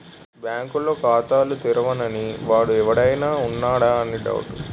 బాంకుల్లో ఖాతాలు తెరవని వాడు ఎవడైనా ఉన్నాడా అని డౌటు